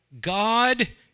God